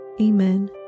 Amen